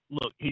Look